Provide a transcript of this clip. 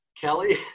Kelly